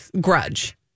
grudge